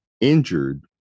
injured